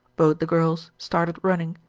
both the girls started running.